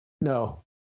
No